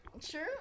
Sure